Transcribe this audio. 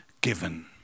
given